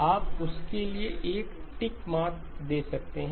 आप उसके लिए एक टिक मार्क दे सकते हैं